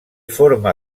forma